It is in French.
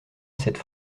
cette